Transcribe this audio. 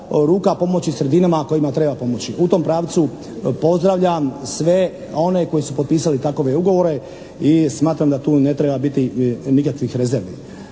ruka pomoći sredinama kojima treba pomoći. U tom pravcu pozdravljam sve one koji su potpisali takove ugovore i smatram da tu ne treba biti nikakvih rezervi.